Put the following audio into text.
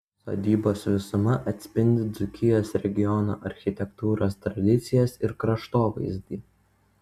sodybos visuma atspindi dzūkijos regiono architektūros tradicijas ir kraštovaizdį